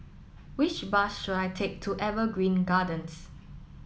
which bus should I take to Evergreen Gardens